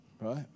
right